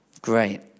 Great